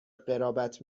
قرابت